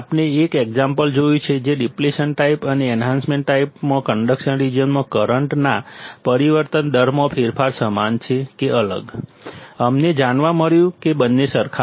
આપણે એક એક્ઝામ્પલ જોયું છે કે ડીપ્લેશન ટાઈપ અને એન્હાન્સમેન્ટ ટાઈપમાં કન્ડક્શન રિજિયનમાં કરંટના પરિવર્તન દરમાં ફેરફાર સમાન છે કે અલગ અમને જાણવા મળ્યું કે બંને સરખા છે